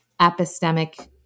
epistemic